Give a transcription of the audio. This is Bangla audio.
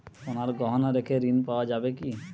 সোনার গহনা রেখে ঋণ পাওয়া যাবে কি?